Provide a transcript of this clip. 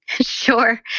Sure